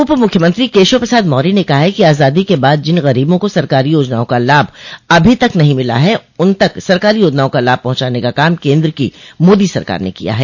उप मुख्यमंत्री केशव प्रसाद मौर्य ने कहा कि आजादी के बाद जिन गरीबों को सरकारी योजनाओं का लाभ अभी तक नहीं मिला ह उन तक सरकारी योजनाओं का लाभ पहुंचाने का काम केन्द्र की मोदी सरकार ने किया है